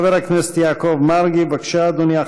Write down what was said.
חבר הכנסת יעקב מרגי, בבקשה, אדוני.